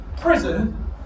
prison